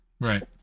Right